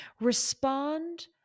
respond